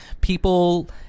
people